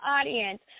audience